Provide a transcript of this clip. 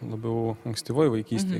labiau ankstyvoj vaikystėj